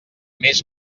més